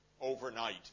overnight